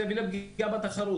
זה יביא לפגיעה בתחרות,